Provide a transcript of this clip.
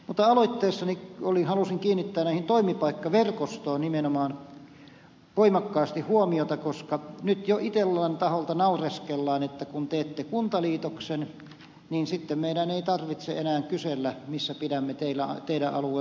mutta aloitteessani halusin kiinnittää toimipaikkaverkostoon nimenomaan voimakkaasti huomiota koska nyt jo itellan taholta naureskellaan että kun teette kuntaliitoksen niin sitten meidän ei tarvitse enää kysellä missä pidämme teidän alueellanne postia